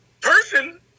person